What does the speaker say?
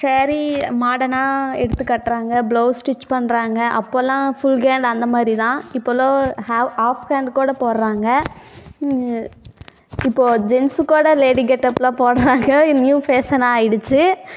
சேரீ மாடனா எடுத்துக்கட்டுறாங்க blouse stitch பண்ணுறாங்க அப்போலாம் ஃபுல் ஹேண்ட் அந்த மாதிரி தான் இப்போலோ ஆப் ஆஃப் ஹேண்ட் கூட போடுகிறாங்க இப்போது ஜென்சு கூட லேடி கெட்டப்புலாம் போடுகிறாங்க இது நியூவ் ஃபேஷனாக ஆகிடுச்சி